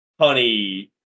honey